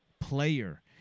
player